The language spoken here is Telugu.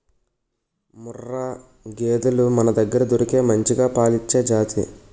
ముర్రా గేదెలు మనదగ్గర దొరికే మంచిగా పాలిచ్చే జాతి